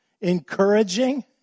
Encouraging